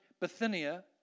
Bithynia